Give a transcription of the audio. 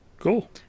cool